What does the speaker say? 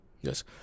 Yes